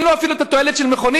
אין לו אפילו את התועלת של מכונית,